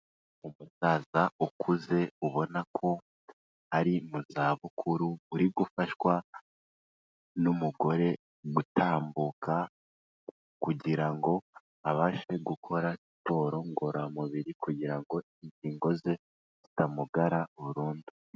Umusaza ukuze ubona ko ari mu za bukuru uri gufashwa n'umugore gutambuka, kugira ngo abashe gukora siporo ngororamubiri kugira ngo ingingo ze zitamugara burundu.